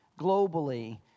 globally